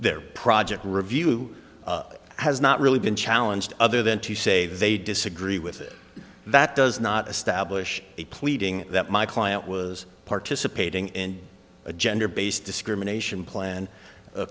their project review has not really been challenged other than to say they disagree with it that does not establish a pleading that my client was participating in a gender based discrimination plan